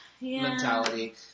mentality